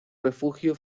refugio